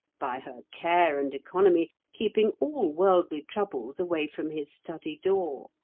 by her care and economy keeping all worldly troubles away from his study door.